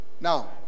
Now